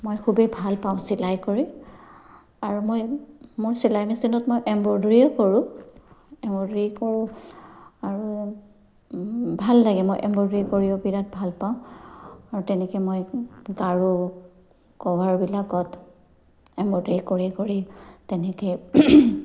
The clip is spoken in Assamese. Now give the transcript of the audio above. মই খুবেই ভাল পাওঁ চিলাই কৰি আৰু মই মোৰ চিলাই মেচিনত মই এমব্ৰইডৰীও কৰোঁ এমব্ৰইডৰী কৰোঁ আৰু ভাল লাগে মই এমব্ৰইডৰী কৰিও বিৰাট ভাল পাওঁ আৰু তেনেকে মই গাৰু কভাৰবিলাকত এমব্ৰইডৰী কৰি কৰি তেনেকে